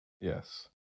Yes